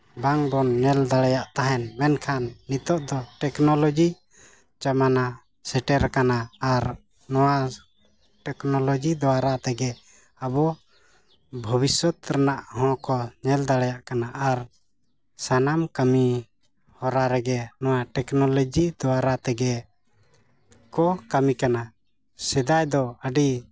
ᱵᱟᱝ ᱵᱚᱱ ᱧᱮᱞ ᱫᱟᱲᱮᱭᱟᱜ ᱛᱟᱦᱮᱸᱫ ᱢᱮᱱᱠᱷᱟᱱ ᱱᱤᱛᱚᱜ ᱫᱚ ᱴᱮ ᱠᱱᱳᱞᱚᱡᱤ ᱡᱚᱢᱟᱱᱟ ᱥᱮᱴᱮᱨ ᱠᱟᱱᱟ ᱟᱨ ᱱᱚᱣᱟ ᱴᱮᱹᱠᱱᱳᱞᱚᱡᱤ ᱫᱳᱣᱟᱨᱟ ᱛᱮᱜᱮ ᱟᱵᱚ ᱵᱷᱚᱵᱤᱥᱥᱚᱛ ᱨᱮᱱᱟᱜ ᱦᱚᱸ ᱠᱚ ᱧᱮ ᱫᱟᱲᱮᱭᱟᱜ ᱠᱟᱱᱟ ᱟᱨ ᱥᱟᱱᱟᱢ ᱠᱟᱹᱢᱤ ᱦᱚᱨᱟ ᱨᱮᱜᱮ ᱱᱚᱣᱟ ᱴᱮᱹᱠᱱᱳᱞᱚᱡᱤ ᱫᱳᱣᱟᱨᱟ ᱛᱮᱜᱮ ᱠᱚ ᱠᱟᱹᱢᱤ ᱠᱟᱱᱟ ᱥᱮᱫᱟᱭ ᱫᱚ ᱟᱹᱰᱤ